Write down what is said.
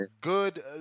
good